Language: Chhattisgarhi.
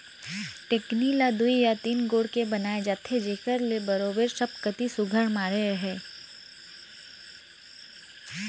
टेकनी ल दुई या तीन गोड़ के बनाए जाथे जेकर ले बरोबेर सब कती सुग्घर माढ़े रहें